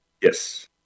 Yes